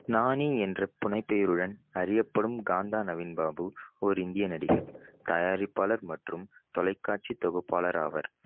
நானி என்ற புனைப்பெயருடன் அறியப்படும் காந்தா நவீன் பாபு ஒரு இந்திய நடிகர் தயாரிப்பாளர் மற்றும் தொலைக்காட்சி தொகுப்பாளர் ஆவர்